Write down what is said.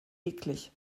eklig